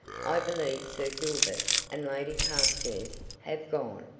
i believe sir gilbert and lady carstairs have gone!